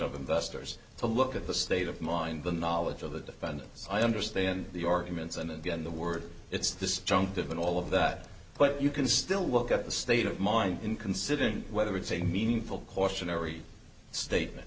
of investors to look at the state of mind the knowledge of the defendants i understand the arguments and again the word it's this junk given all of that but you can still look at the state of mind in considering whether it's a meaningful cautionary statement